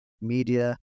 media